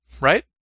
right